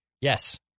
Yes